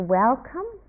welcome